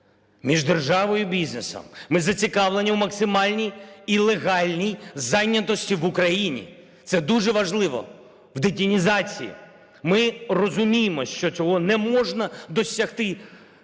між державою і бізнесом. Ми зацікавлені у максимальній і легальній зайнятості в Україні, це дуже важливо, в детінізації. Ми розуміємо, що цього не можна досягти